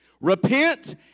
Repent